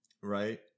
Right